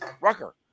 Rucker